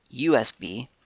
USB